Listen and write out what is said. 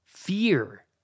Fear